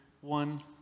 one